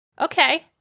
okay